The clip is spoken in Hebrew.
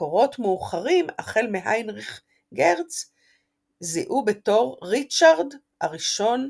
שמקורות מאוחרים – החל מהיינריך גרץ – זיהו בתור ריצ'רד הראשון,